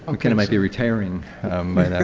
um kind of might be retiring by that